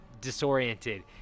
disoriented